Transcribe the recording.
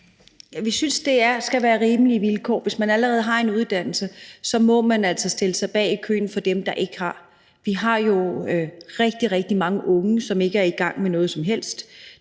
Vi synes, det skal være rimelige vilkår. Hvis man allerede har en uddannelse, må man altså stille sig bag i køen med dem, der ikke har. Vi har jo rigtig, rigtig mange unge, som ikke er i gang med noget som helst;